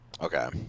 Okay